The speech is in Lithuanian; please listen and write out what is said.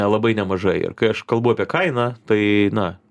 labai nemažai ir kai aš kalbu apie kainą tai na